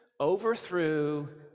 overthrew